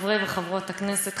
חברי וחברות הכנסת,